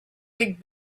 big